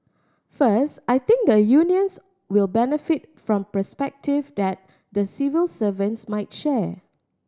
first I think the unions will benefit from perspective that the civil servants might share